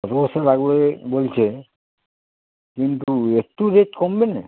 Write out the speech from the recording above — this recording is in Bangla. কত বস্তা লাগবে বলছে কিন্তু একটু রেট কমবে না